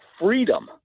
freedom